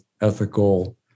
ethical